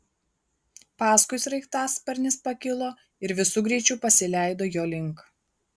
paskui sraigtasparnis pakilo ir visu greičiu pasileido jo link